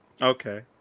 Okay